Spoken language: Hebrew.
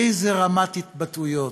איזו רמת התבטאויות,